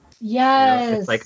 yes